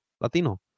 Latino